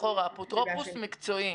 להיות אפוטרופוס מקצועי.